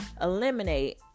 eliminate